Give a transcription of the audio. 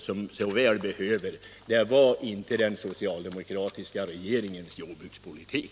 Det var kampen mot den socialdemokratiska regeringens jordbrukspolitik!